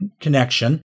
connection